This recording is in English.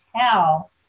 tell